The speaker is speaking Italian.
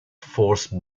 force